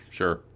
sure